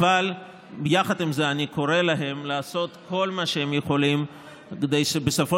אבל יחד עם זה אני קורא להם לעשות כל מה שהם יכולים כדי שבסופו